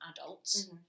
adults